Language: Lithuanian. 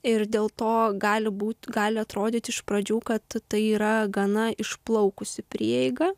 ir dėl to gali būti gali atrodyti iš pradžių kad tai yra gana išplaukusi prieiga